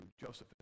Joseph